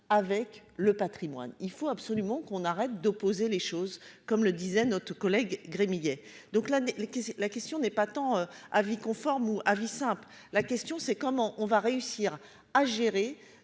avec le Patrimoine, il faut absolument qu'on arrête d'opposer les choses, comme le disait notre collègue Gremillet, donc l'année l'équipe, la question n'est pas tant avis conforme ou à vie simple la question, c'est comment on va réussir à gérer